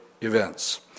events